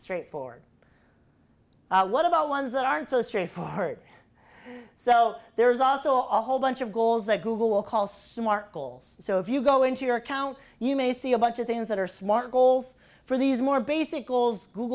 straightforward what about ones that aren't so straightforward so there's also all whole bunch of goals that google will call smart goals so if you go into your account you may see a bunch of things that are smart goals for these more basic goals